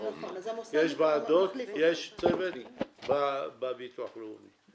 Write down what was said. יש צוות בביטוח הלאומי,